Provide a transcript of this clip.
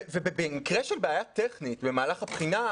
ובמקרה של בעיה טכנית במהלך הבחינה,